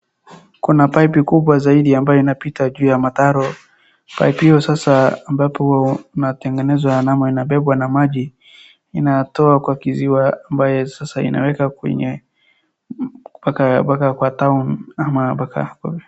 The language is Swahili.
Kuna pipe kubwa zaidi ambayo inapita juu ya mtaro. pipe hiyo sasa ambapo mnatengeneza nama inabebwa na maji, inatoa kwa kiziwa ambaye sasa inaweka kwenye mbaka kwa town ama mbaka.